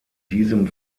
diesem